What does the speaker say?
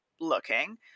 looking